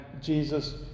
Jesus